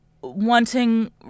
wanting